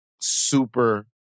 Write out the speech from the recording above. super